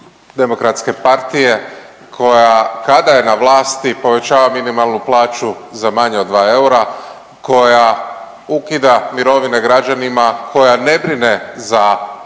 je ta briga SDP-a koja kada je na vlasti povećava minimalnu plaću za manje od 2 eura, koja ukida mirovine građanima, koja ne brine za zdravstveni